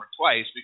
twice